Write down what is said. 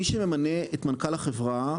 מי שממנה את מנכ"ל החברה,